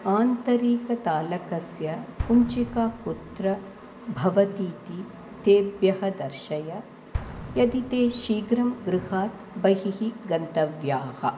आन्तरिकतालकस्य कुञ्चिका कुत्र भवतीति तेभ्यः दर्शय यदि ते शीघ्रं गृहात् बहिः गन्तव्याः